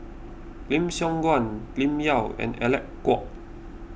Lim Siong Guan Lim Yau and Alec Kuok